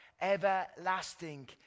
everlasting